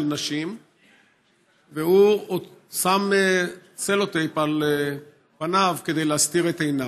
נשים והוא שם סלוטייפ על פניו כדי להסתיר את עיניו.